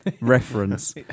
reference